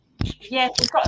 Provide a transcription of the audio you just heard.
yes